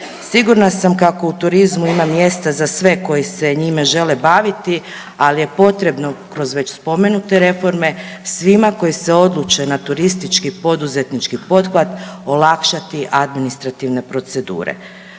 Sigurna sam kako u turizmu ima mjesta za sve koji se njime žele baviti, ali je potrebno kroz već spomenute reforme svima koji se odluče na turistički poduzetnički pothvat olakšati administrativne procedure.